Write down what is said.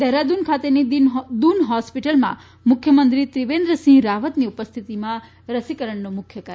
દહેરાદૂન ખાતેની દૂન હોસ્પિટલમાં મુખ્યમંત્રી ત્રિવેન્દ્ર સિંહ રાવતની ઉપસ્થિતિમાં રસીકરણનો મુખ્ય કાર્યક્રમ યોજાયો હતો